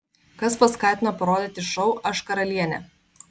kas paskatino parodyti šou aš karalienė